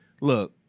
look